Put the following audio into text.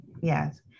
yes